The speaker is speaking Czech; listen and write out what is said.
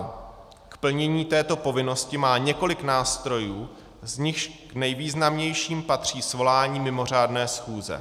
K plnění této povinnosti má několik nástrojů, z nichž k nejvýznamnějším patří svolání mimořádné schůze.